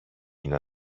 είναι